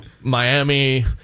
Miami